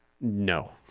No